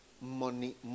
money